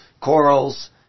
corals